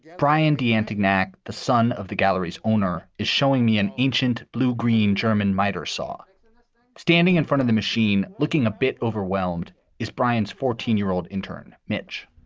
brian dantin act, the son of the gallery's owner, is showing me an ancient blue green german miter saw standing in front of the machine. looking a bit overwhelmed is brian's fourteen year old intern, mitch.